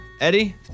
Eddie